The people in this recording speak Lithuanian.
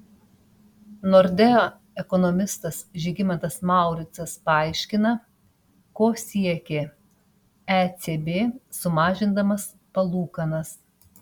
nordea ekonomistas žygimantas mauricas paaiškina ko siekė ecb sumažindamas palūkanas